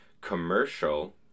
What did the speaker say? Commercial